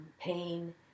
pain